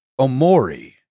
omori